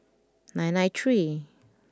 nine nine three